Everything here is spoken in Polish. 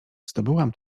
zdobyłam